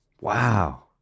Wow